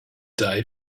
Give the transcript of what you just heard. die